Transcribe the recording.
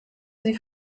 sie